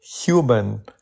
human